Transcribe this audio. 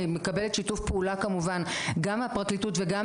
אני מקבלת שיתוף פעולה כמובן גם מהפרקליטות וגם